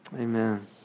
Amen